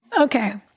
Okay